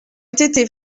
été